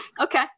Okay